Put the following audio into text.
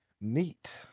Neat